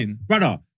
Brother